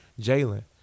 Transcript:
Jalen